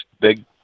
big